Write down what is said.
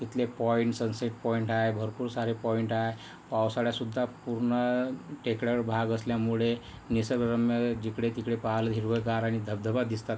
तिथले point sunset point आहे भरपूर सारे पॉइंट आहे पावसाळ्यातसुद्धा पूर्ण टेकडाळ भाग असल्यामुळे निसर्गरम्य जिकडे तिकडे पाहायला हिरवंगार आणि धबधबा दिसतात